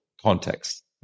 context